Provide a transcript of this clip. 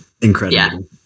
Incredible